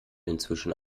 inzwischen